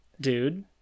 dude